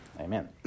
Amen